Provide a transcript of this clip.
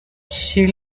she